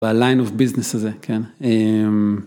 ב-line of business הזה, כן.